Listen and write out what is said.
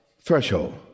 threshold